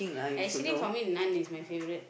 ah actually for me none is my favourite